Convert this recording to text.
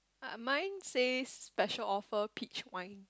uh mine says special offer peach wine